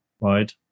right